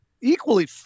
equally